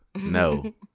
no